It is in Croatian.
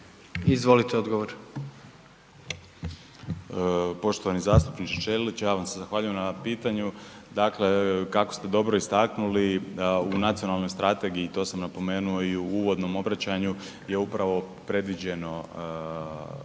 Josip (HDZ)** Poštovani zastupniče Ćelić ja vam se zahvaljujem na pitanju. Dakle, kako ste dobro istaknuli u nacionalnoj strategiji to sam napomenuo i u uvodnom obraćanju je upravo predviđeno